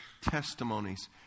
testimonies